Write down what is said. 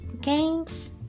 games